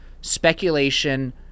speculation